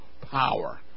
power